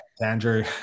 Andrew